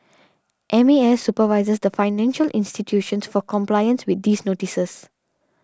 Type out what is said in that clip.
M A S supervises the financial institutions for compliance with these notices